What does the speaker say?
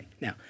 now